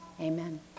Amen